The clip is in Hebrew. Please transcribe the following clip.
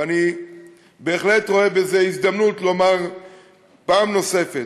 ואני בהחלט רואה בזה הזדמנות לומר פעם נוספת,